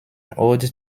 ode